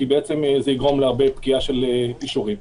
כי זה יגרום לפקיעה של אישורים.